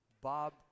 Bob